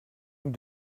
nous